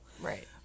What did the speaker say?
right